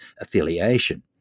affiliation